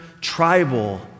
tribal